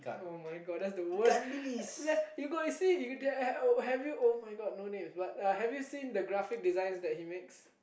[oh]-my-God that's the worst yeah you got see you got there uh have you [oh]-my-God no names but uh have you seen the graphic designs that he makes